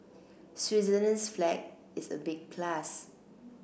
Switzerland's flag is a big plus